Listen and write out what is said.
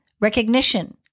recognition